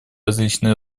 различные